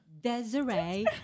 Desiree